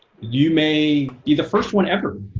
you may be the first one ever.